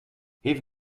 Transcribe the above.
heeft